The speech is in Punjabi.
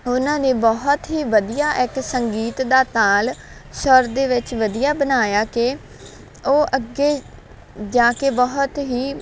ਉਹਨਾਂ ਨੇ ਬਹੁਤ ਹੀ ਵਧੀਆ ਇੱਕ ਸੰਗੀਤ ਦਾ ਤਾਲ ਸੁਰ ਦੇ ਵਿੱਚ ਵਧੀਆ ਬਣਾਇਆ ਕਿ ਉਹ ਅੱਗੇ ਜਾ ਕੇ ਬਹੁਤ ਹੀ